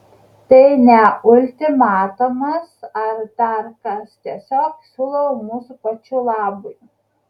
tai ne ultimatumas ar dar kas tiesiog siūlau mūsų pačių labui